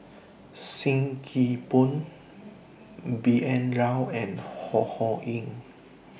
SIM Kee Boon B N Rao and Ho Ho Ying